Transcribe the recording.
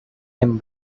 him